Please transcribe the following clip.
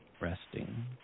Resting